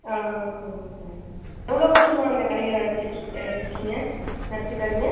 ஆ ஆ சரிங்க சார் எவ்வளோ வர்ஷமாக இந்த கடையை வச்சிட்ருக் வச்சுருக்கீங்க நடத்திகிட்டு வர்றீங்க